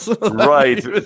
Right